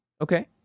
Okay